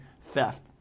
theft